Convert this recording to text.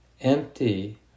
Empty